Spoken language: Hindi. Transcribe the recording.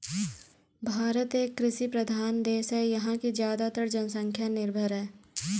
भारत एक कृषि प्रधान देश है यहाँ की ज़्यादातर जनसंख्या निर्भर है